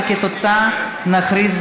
ובתוצאה נכריז,